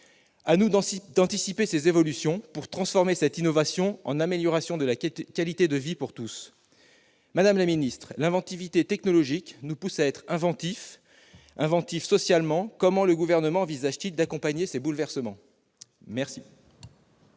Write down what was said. À nous d'anticiper ces évolutions pour transformer cette innovation en amélioration de la qualité de vie pour tous. Madame la ministre, l'inventivité technologique nous pousse à être inventifs socialement. Comment le Gouvernement envisage-t-il d'accompagner ces bouleversements ? La